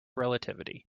relativity